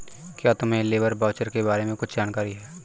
क्या तुम्हें labour voucher के बारे में कुछ जानकारी है?